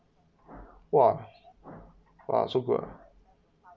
!wah! !wah! so good uh